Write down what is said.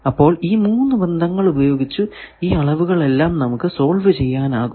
അപ്പോൾ ഈ മൂന്ന് ബന്ധങ്ങൾ ഉപയോഗിച്ചു ഈ അളവുകൾ എല്ലാം നമുക്ക് സോൾവ് ചെയ്യാനാകും